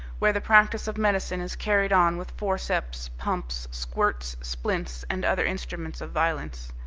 where the practice of medicine is carried on with forceps, pumps, squirts, splints, and other instruments of violence.